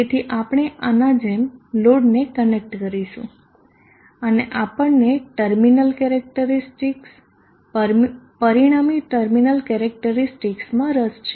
તેથી આપણે આના જેમ લોડને કનેક્ટ કરીશું અને આપણને ટર્મિનલ કેરેક્ટરીસ્ટિકસ પરિણામી ટર્મિનલ કેરેક્ટરીસ્ટિકસમાં રસ છે